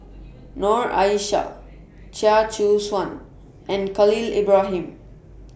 Noor Aishah Chia Choo Suan and Khalil Ibrahim